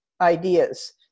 ideas